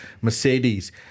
Mercedes